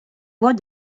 voix